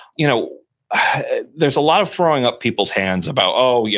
you know ah there's a lot of throwing up people's hands about, oh, yeah